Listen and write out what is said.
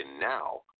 now